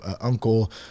uncle